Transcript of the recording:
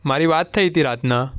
મારી વાત થઈ હતી રાતના